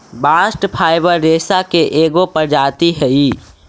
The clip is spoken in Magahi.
बास्ट फाइवर रेसा के एगो प्रजाति हई